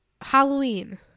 Halloween